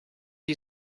you